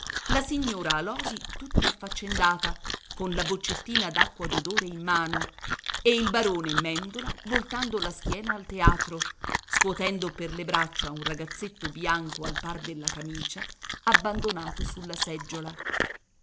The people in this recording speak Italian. la signora alòsi tutta affaccendata con la boccettina d'acqua d'odore in mano e il barone mèndola voltando la schiena al teatro scuotendo per le braccia un ragazzetto bianco al par della camicia abbandonato sulla seggiola